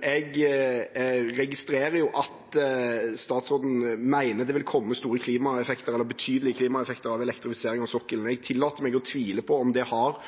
Jeg registrerer at statsråden mener det vil komme betydelige klimaeffekter av elektrifisering av sokkelen. Jeg tillater meg å tvile på om det har